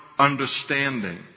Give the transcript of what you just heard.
Understanding